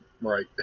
right